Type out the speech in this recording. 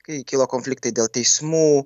kai kilo konfliktai dėl teismų